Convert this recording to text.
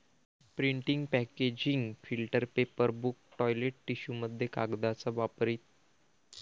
printing packaging filter paper book toilet टिश्यूमध्ये कागदाचा वापर इ